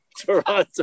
Toronto